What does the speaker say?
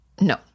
No